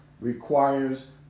requires